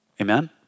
Amen